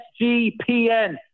SGPN